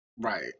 right